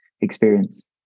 experience